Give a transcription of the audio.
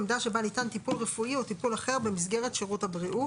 'עמדה שבה ניתן טיפול רפואי או טיפול אחר במסגרת שירות הבריאות'.